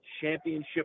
championship